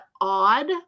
odd